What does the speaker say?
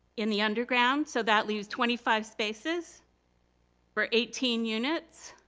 in the underground so that leaves twenty five spaces for eighteen units.